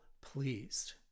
pleased